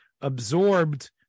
absorbed